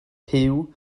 puw